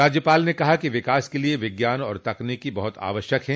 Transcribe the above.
राज्यपाल ने कहा कि विकास के लिए विज्ञान और तकनीकी बहुत आवश्यक है